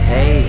Hey